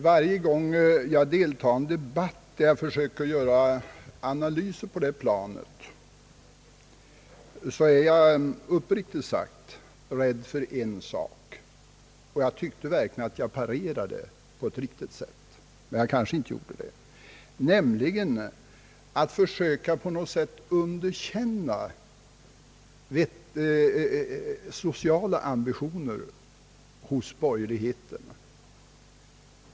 Varje gång jag deltar i en debatt, där jag försöker göra analyser av utvecklingen på ett område, har jag uppriktigt alltid varit rädd för en sak, och jag tyckte verkligen nyss att jag garderade mig tillräckligt tydligt, fastän jag kanske inte helt lyckades, nämligen att det skall kunna sägas, att jag på något sätt vill försöka underkänna de sociala ambitionerna hos borgerligheten.